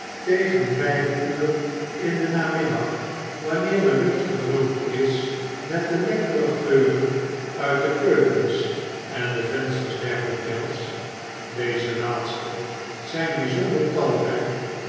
tegen vijf uur in den namiddag wanneer de lucht vervuld is met de lekkere geuren uit de keukens en de vensters der hotels